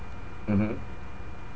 mmhmm